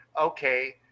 okay